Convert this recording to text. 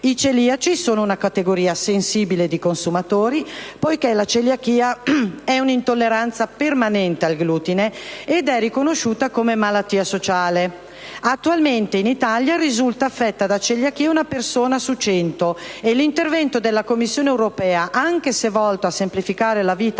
i celiaci sono una categoria sensibile di consumatori poiché la celiachia è un'intolleranza permanente al glutine ed è riconosciuta come malattia sociale. Attualmente in Italia risulta affetta da celiachia una persona su 100, e l'intervento della Commissione europea, anche se volto a semplificare la vita